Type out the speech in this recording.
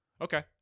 Okay